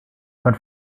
von